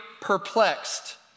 perplexed